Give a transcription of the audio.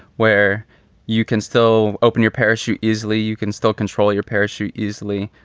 where you can still open your parachute easily, you can still control your parachute easily,